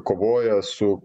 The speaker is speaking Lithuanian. kovoja su